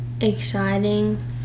exciting